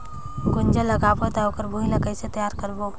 गुनजा लगाबो ता ओकर भुईं ला कइसे तियार करबो?